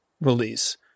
release